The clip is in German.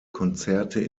konzerte